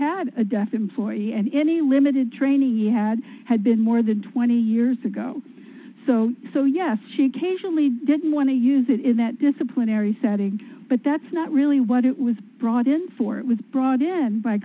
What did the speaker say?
had a deaf in for he and any limited training he had had been more than twenty years ago so so yes she occasionally didn't want to use it in that disciplinary setting but that's not really what it was brought in for it was brought in by